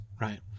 right